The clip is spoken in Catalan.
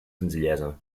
senzillesa